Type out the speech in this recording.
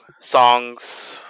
songs